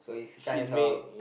she's being